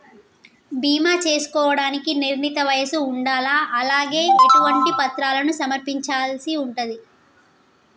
బీమా చేసుకోవడానికి నిర్ణీత వయస్సు ఉండాలా? అలాగే ఎటువంటి పత్రాలను సమర్పించాల్సి ఉంటది?